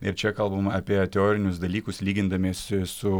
ir čia kalbam apie teorinius dalykus lygindamiesi su